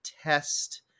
test